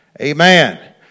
Amen